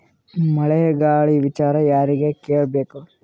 ಮಳೆ ಗಾಳಿ ವಿಚಾರ ಯಾರಿಗೆ ಕೇಳ್ ಬೇಕು?